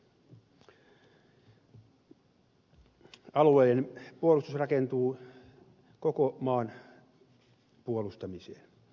alueellinen puolustus rakentuu koko maan puolustamiseen